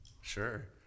Sure